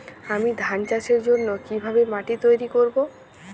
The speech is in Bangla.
আমি ধান চাষের জন্য কি ভাবে মাটি তৈরী করব?